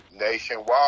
nationwide